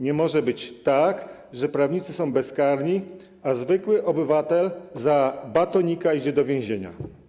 Nie może być tak, że prawnicy są bezkarni, a zwykły obywatel za 'batonika' idzie do więzienia.